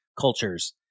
cultures